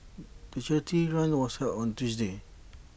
the charity run was held on Tuesday